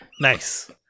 Nice